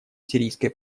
сирийской